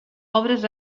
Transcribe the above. obres